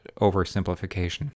oversimplification